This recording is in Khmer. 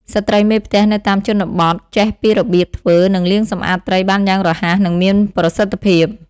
ស្ត្រីមេផ្ទះនៅតាមជនបទចេះពីរបៀប ធ្វើ និង លាងសម្អាតត្រីបានយ៉ាងរហ័ស និងមានប្រសិទ្ធភាព។